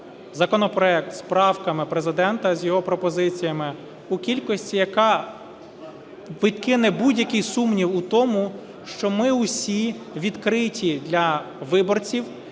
законопроект з правками Президента, з його пропозиціями у кількості, яка відкине будь-який сумнів у тому, що ми усі відкриті для виборців,